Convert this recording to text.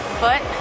foot